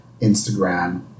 Instagram